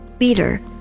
leader